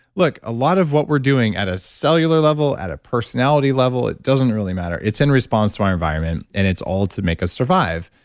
look, a lot of what we're doing at a cellular level, at a personality level, it doesn't really matter. it's in response to our environment, and it's all to make us survive,